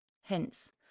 Hence